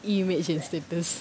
image and status